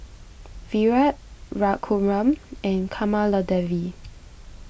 Virat Raghuram and Kamaladevi